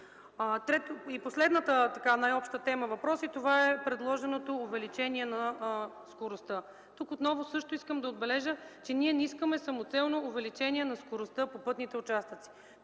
Последната, най-обща тема въпроси, това е предложеното увеличение на скоростта. Тук отново искам да отбележа, че не искаме самоцелно увеличение на скоростта по пътните участъци.